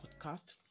podcast